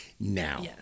Now